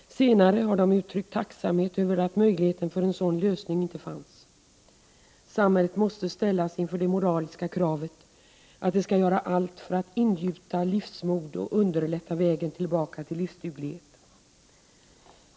Senare har de. uttryckt tacksamhet över att möjligheten för en sådan lösning inte fanns. Samhället måste ställas inför det moraliska kravet att det skall göra allt för att ingjuta livsmod och underlätta vägen tillbaka till livsduglighet.